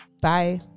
Bye